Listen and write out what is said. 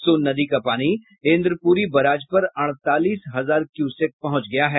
सोन नदी का पानी इंद्रपुरी बराज पर अड़तालीस हजार क्यूसेक पहुंच गया है